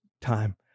time